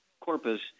Corpus